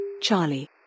Charlie